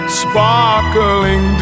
sparkling